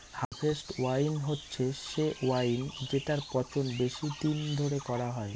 harvest wine হচ্ছে সে wine যেটার পচন বেশি দিন ধরে করা হয়